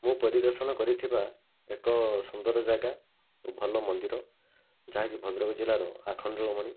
ମୁଁ ପରିଦର୍ଶନ କରିଥିବା ଏକ ସୁନ୍ଦର ଜାଗା ଭଲ ମନ୍ଦିର ଯାହାକି ଭଦ୍ରକ ଜିଲ୍ଲାର ଆଖଣ୍ଡଳମଣି